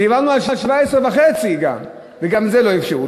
דיברנו על 17 וחצי, גם, וגם את זה לא אפשרו.